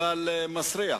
אבל מסריח.